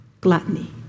gluttony